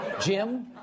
Jim